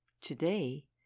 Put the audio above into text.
Today